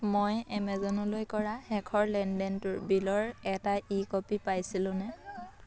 মই এমেজনলৈ কৰা শেষৰ লেনদেনটোৰ বিলৰ এটা ই কপি পাইছিলোঁনে